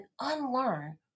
unlearn